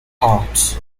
hearts